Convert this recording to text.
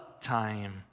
time